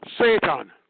Satan